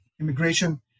immigration